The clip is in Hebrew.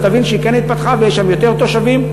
תבין שהיא כן התפתחה ויש שם יותר תושבים,